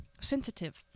sensitive